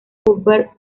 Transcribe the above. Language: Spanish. hubert